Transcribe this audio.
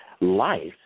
Life